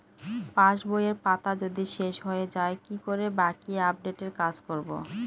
পাসবইয়ের পাতা যদি শেষ হয়ে য়ায় কি করে বাকী আপডেটের কাজ করব?